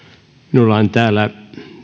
minulla on täällä